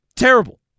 Terrible